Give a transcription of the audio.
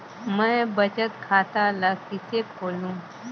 मैं बचत खाता ल किसे खोलूं?